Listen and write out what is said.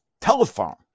telephone